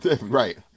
right